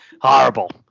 horrible